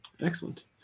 Excellent